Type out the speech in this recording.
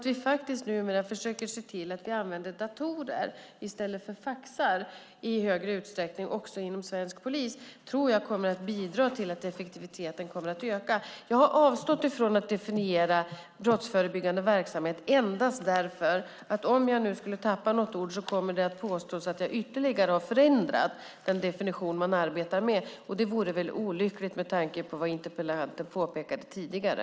Vi försöker se till att vi använder datorer i stället för faxar också inom svensk polis. Det tror jag kommer att bidra till att effektiviteten kommer att öka. Jag har avstått från att definiera brottsförebyggande verksamhet endast därför att om jag nu skulle tappa något ord kommer det att påstås att jag ytterligare har förändrat den definition som man arbetar med. Det vore olyckligt med tanke på vad interpellanten påpekade tidigare.